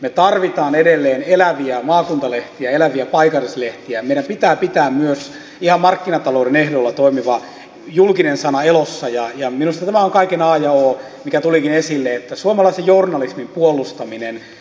me tarvitsemme edelleen eläviä maakuntalehtiä eläviä paikallislehtiä ja meidän pitää pitää myös ihan markkinatalouden ehdoilla toimiva julkinen sana elossa ja minusta tämä on kaiken a ja o mikä tulikin esille suomalaisen journalismin puolustaminen